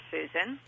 Susan